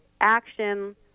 action